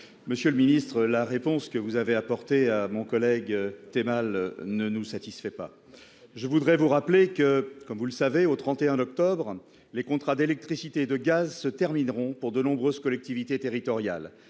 Monsieur le Ministre, la réponse que vous avez apporté à mon collègue : tu es mal ne nous satisfait pas, je voudrais vous rappeler que, comme vous le savez, au 31 octobre les contrats d'électricité et de gaz se termineront pour de nombreuses collectivités territoriales